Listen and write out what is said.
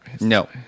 No